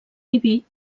diví